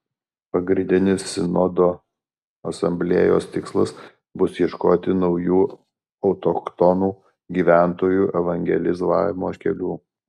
pagrindinis sinodo asamblėjos tikslas bus ieškoti naujų autochtonų gyventojų evangelizavimo kelių